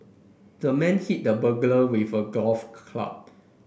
the man hit the burglar with a golf club